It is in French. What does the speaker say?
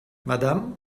madame